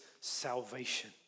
salvation